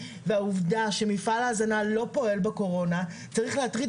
והעובדה שמפעל ההזנה לא פועל בקורונה צריך להטריד